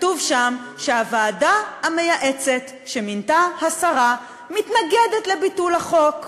כתוב שם שהוועדה המייעצת שמינתה השרה מתנגדת לביטול החוק.